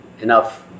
enough